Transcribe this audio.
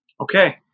Okay